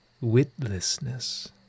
witlessness